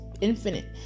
infinite